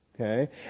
Okay